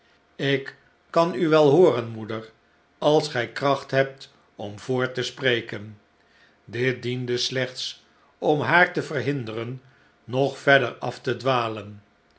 ik kan u wel hooren moeder als gij kracht hebt om voort te spreken dit diende slechts om haar te verhinderen nog verder af te dwalen